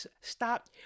stop